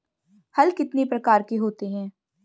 हल कितने प्रकार के होते हैं?